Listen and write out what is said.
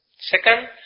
Second